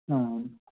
ಹ್ಞೂ